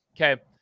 okay